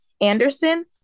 anderson